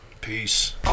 Peace